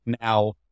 now